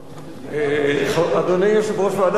אדוני יושב-ראש ועדת הכנסת,